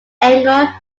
anger